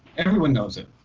everyone knows it.